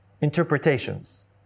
interpretations